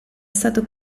stato